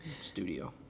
Studio